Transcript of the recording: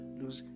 lose